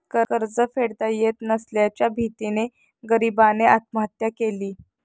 कर्ज फेडता येत नसल्याच्या भीतीने गरीबाने आत्महत्या केली